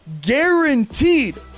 Guaranteed